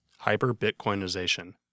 Hyper-Bitcoinization